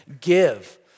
give